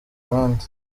abandi